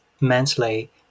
mentally